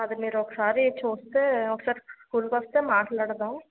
అది మీరొకసారి చూస్తే ఒకసారి స్కూల్కు వస్తే మాట్లాడుదాం